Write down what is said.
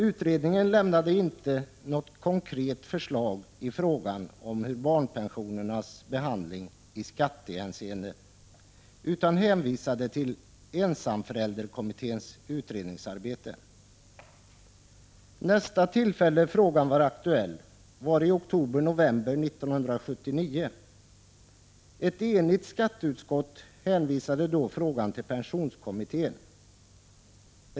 Utredningen lämnade inte något konkret förslag i fråga om barnpensionernas behandling i skattehänseende utan hänvisade till ensamförälderkommitténs utredningsarbete. Nästa tillfälle frågan var aktuell var i oktober/november 1979. Ett enigt skatteutskott hänvisade då frågan till pensionskommittén.